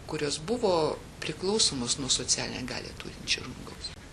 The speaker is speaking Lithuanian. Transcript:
kurios buvo priklausomos nuo socialinę galią turinčio žmogaus